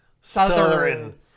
Southern